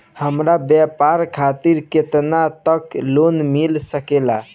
हमरा व्यापार खातिर केतना तक लोन मिल सकेला?